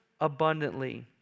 abundantly